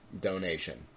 donation